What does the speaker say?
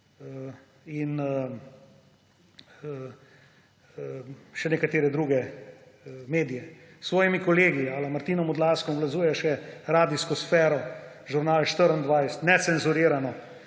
in še nekatere druge medije. A svojimi kolegi a la Martinom Odlazkom obvladuje še radijsko sfero Žurnal 24, Necenzurirano,